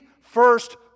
first